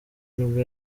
nibwo